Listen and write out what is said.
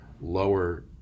lower